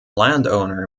landowner